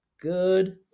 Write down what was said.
Good